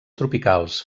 tropicals